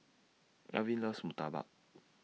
Elvin loves Murtabak